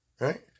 right